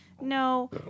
No